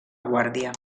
guàrdia